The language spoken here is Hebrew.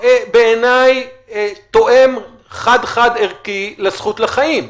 בעיניי הוא לא תואם חד חד ערכי לזכות לחיים.